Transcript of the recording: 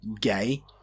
gay